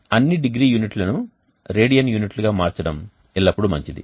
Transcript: అన్ని డిగ్రీ యూనిట్లను రేడియన్ యూనిట్లు గా మార్చడం ఎల్లప్పుడూ మంచిది